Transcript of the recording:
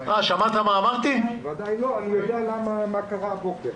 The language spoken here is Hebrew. אני יודע מה קרה הבוקר.